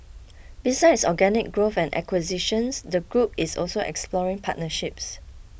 besides organic growth and acquisitions the group is also exploring partnerships